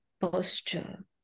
posture